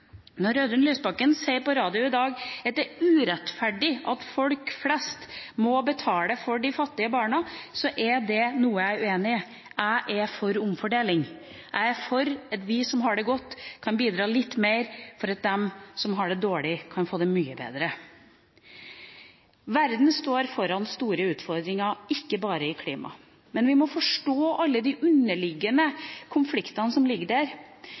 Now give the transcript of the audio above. Når Audun Lysbakken sier på radio i dag at det er urettferdig at folk flest må betale for de fattige barna, er det noe jeg er uenig i. Jeg er for omfordeling. Jeg er for at vi som har det godt, kan bidra litt mer for at de som har det dårlig, kan få det mye bedre. Verden står foran store utfordringer, ikke bare i klimaet. Men vi må forstå alle de underliggende konfliktene som ligger der.